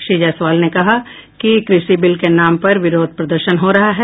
श्री जायसवाल ने कहा कि कृषि बिल के नाम पर विरोध प्रदर्शन हो रहा है